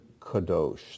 kadosh